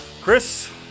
Chris